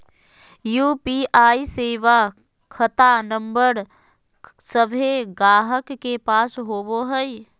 UPI सेवा खता नंबर सभे गाहक के पास होबो हइ